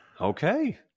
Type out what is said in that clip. okay